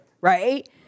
right